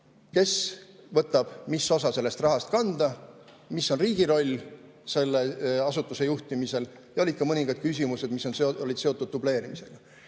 osa võtab sellest rahast kanda, mis on riigi roll selle asutuse juhtimisel, ja olid ka mõningad küsimused, mis olid seotud dubleerimisega. Kindlasti